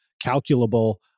calculable